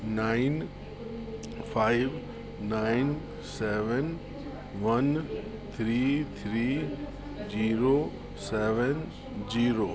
nine five nine seven one three three zero seven zero